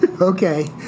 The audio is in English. Okay